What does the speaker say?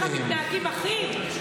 ככה מתנהגים אחים?